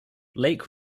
lake